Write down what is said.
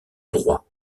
droit